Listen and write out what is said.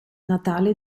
natale